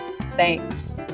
Thanks